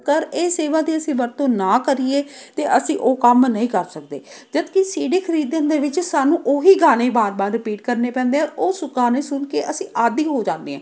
ਕਰ ਇਹ ਸੇਵਾ ਅਤੇ ਅਸੀਂ ਵਰਤੋਂ ਨਾ ਕਰੀਏ ਤਾਂ ਅਸੀਂ ਉਹ ਕੰਮ ਨਹੀਂ ਕਰ ਸਕਦੇ ਜਦੋਂ ਕਿ ਸੀ ਡੀ ਖਰੀਦਣ ਦੇ ਵਿੱਚ ਸਾਨੂੰ ਉਹੀ ਗਾਣੇ ਵਾਰ ਵਾਰ ਰਿਪੀਟ ਕਰਨੇ ਪੈਂਦੇ ਆ ਉਹ ਸੁ ਗਾਣੇ ਸੁਣ ਕੇ ਅਸੀਂ ਆਦੀ ਹੋ ਜਾਂਦੇ